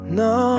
no